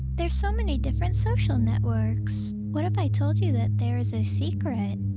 there's so many different social networks. what if i told you that there is a secret?